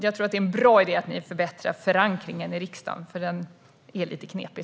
Jag tror att det är en bra idé att ni förbättrar förankringen i riksdagen. Den är som sagt lite knepig.